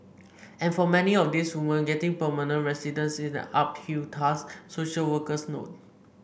and for many of these women getting permanent residence is an uphill task social workers note